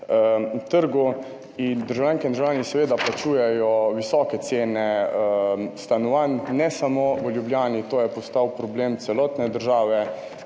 trgu. Državljanke in državljani seveda plačujejo visoke cene stanovanj, ne samo v Ljubljani, to je postal problem celotne države,